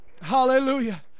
Hallelujah